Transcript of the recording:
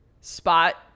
spot